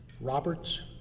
Roberts